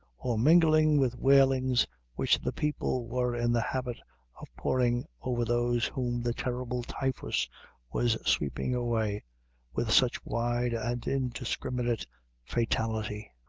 or mingling with wailings which the people were in the habit of pouring over those whom the terrible typhus was sweeping away with such wide and indiscriminate fatality.